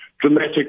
Dramatic